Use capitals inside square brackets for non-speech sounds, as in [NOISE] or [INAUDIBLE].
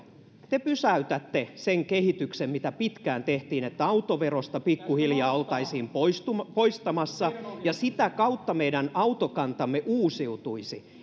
te pysäytätte sen kehityksen mitä pitkään tehtiin että autoveroa pikkuhiljaa oltaisiin poistamassa ja sitä kautta meidän autokantamme uusiutuisi [UNINTELLIGIBLE]